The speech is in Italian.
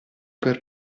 per